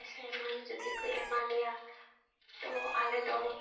ᱯᱟᱭᱥᱟ ᱮᱢᱟᱱ ᱡᱩᱫᱤᱠᱚ ᱮᱢᱟᱞᱮᱭᱟ ᱛᱚ ᱟᱞᱮᱫᱚ